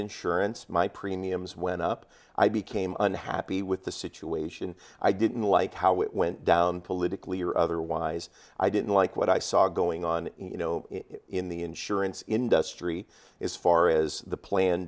insurance my premiums went up i became unhappy with the situation i didn't like how it went down politically or otherwise i didn't like what i saw going on in the insurance industry is far as the plan